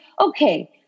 okay